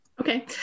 okay